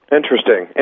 Interesting